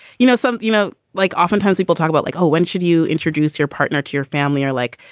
you know, some you know, like oftentimes people talk about like, oh, when should you introduce your partner to your family? or like,